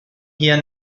hier